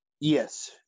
yes